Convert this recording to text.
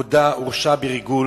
הודה, הורשע בריגול